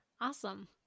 awesome